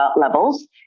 levels